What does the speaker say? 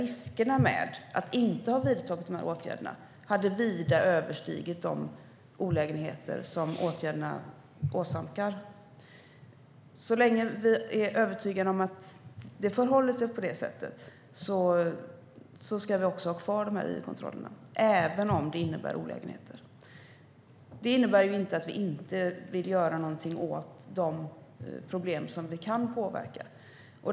Riskerna med att inte ha vidtagit åtgärderna hade vida överstigit de olägenheter som åtgärderna åsamkar. Så länge vi är övertygade om att det förhåller sig så ska id-kontrollerna vara kvar, även om de innebär olägenheter. Det innebär inte att vi inte vill göra något åt de problem som vi kan påverka.